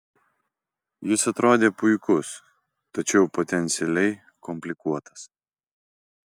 jis atrodė puikus tačiau potencialiai komplikuotas